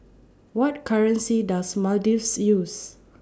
What currency Does Maldives use